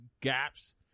gaps